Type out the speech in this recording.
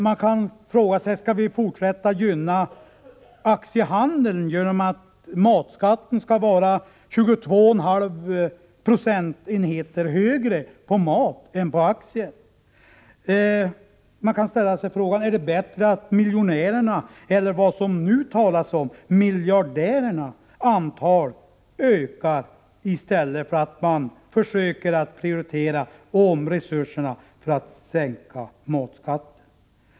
Man kan också fråga sig om vi skall fortsätta att gynna aktiehandeln genom att matskatten skall vara 22 V2 procentenhet högre än aktieskatten. Man kan ställa sig frågan om det är bättre att miljonärernas eller — vilket man nu talar om — miljardärernas antal ökar än att vi försöker prioritera om resurserna för att sänka matskatten.